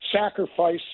sacrifice